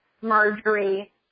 Marjorie